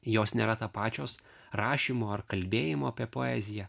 jos nėra tapačios rašymo ar kalbėjimo apie poeziją